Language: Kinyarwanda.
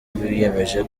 wiyemeje